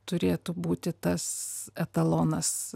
turėtų būti tas etalonas